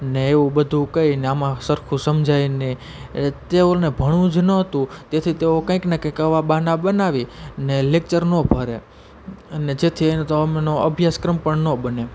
ને એવું બધું કહીને આમાં સરખું સમઝાય નહીં તેઓને ભણવું જ નહોતું તેથી તેથી તેઓ કંઈકને કંઈક એવા બાના બનાવી અને લેકચર ન ભરે અને જેથી એનો તો એમનો અભ્યાસક્રમ પણ નો બને